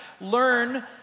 learn